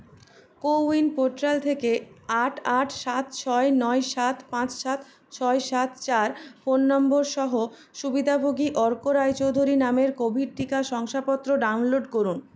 কো win portal থেকে আট আট সাত ছয় নয় সাত পাঁচ সাত ছয় সাত চার ফোন নম্বর সহ সুবিধাভোগী অর্ক রায়চৌধুরী নামের কোভিড টিকা শংসাপত্র ডাউনলোড করুন